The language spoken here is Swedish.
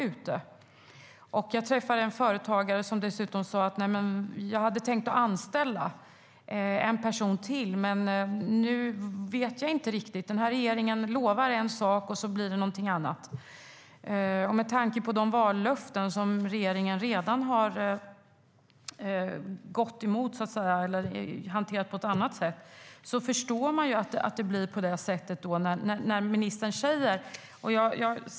Jag har träffat en företagare som har sagt att han hade tänkt att anställa en person till men att han nu inte visste riktigt eftersom regeringen lovat en sak och sedan blev det något annat. Med tanke på de vallöften som regeringen redan har hanterat på annat sätt förstår man att en oro uppstår.